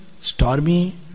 Stormy